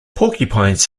porcupines